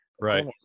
Right